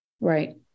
Right